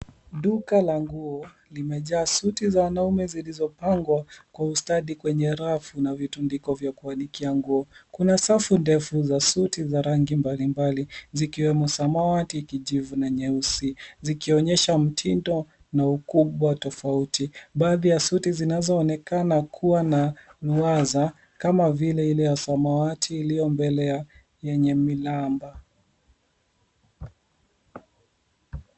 Duka la nguo limejaa suti za wanaume zilizo pangwa kwa ustadi. Kwenye rafu na vitundikio vya kwanikia nguo. Kuna safu defu za suti za rangi mbali mbali, zikiwemo samawati kijivu na nyeusi. Zikionyesha mtindo na ukubwa tofauti. Baadhi ya suti zinazo onekana kuwa na ruwaza kama vile ile ya samawati ilio mbele ya yenye miraba.